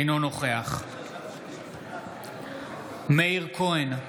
אינו נוכח מאיר כהן,